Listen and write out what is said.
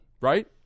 Right